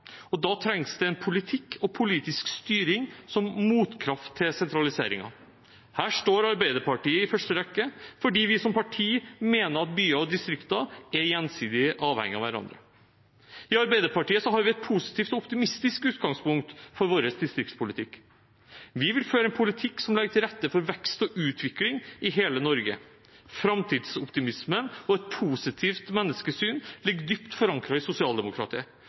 på. Da trengs det en politikk og politisk styring som motkraft til sentraliseringen. Her står Arbeiderpartiet i første rekke fordi vi som parti mener at byer og distrikter er gjensidig avhengig av hverandre. I Arbeiderpartiet har vi et positivt og optimistisk utgangspunkt for vår distriktspolitikk. Vi vil føre en politikk som legger til rette for vekst og utvikling i hele Norge. Framtidsoptimisme og et positivt menneskesyn ligger dypt forankret i sosialdemokratiet.